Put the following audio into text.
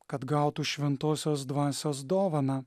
kad gautų šventosios dvasios dovaną